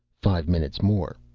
five minutes more,